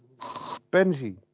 Benji